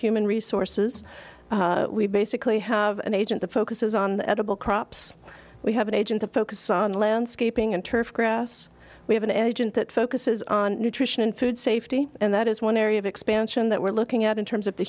human resources we basically have an agent that focuses on the edible crops we have an agent a focus on landscaping and turfgrass we have an agent that focuses on nutrition and food safety and that is one area of expansion that we're looking at in terms of the